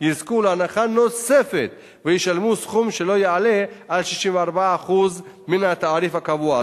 יזכו להנחה נוספת וישלמו סכום שלא יעלה על 64% מן התעריף הקבוע,